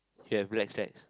you have black slacks